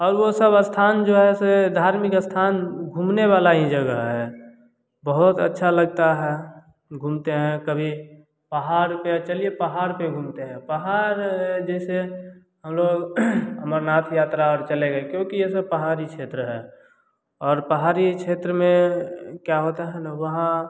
और वह सब स्थान जो है धार्मिक स्थान घूमने वाला ही जगह है बहुत अच्छा लगता है घूमते हैं कभी पहाड़ पर चलिए पहाड़ पर घूमते हैं पहाड़ जैसे हम लोग अमरनाथ यात्रा चले गए क्योंकि यह सब पहाड़ी क्षेत्र है और पहाड़ी क्षेत्र में क्या होता है कि वहाँ